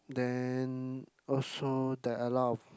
then also there are a lot of